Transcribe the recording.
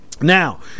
Now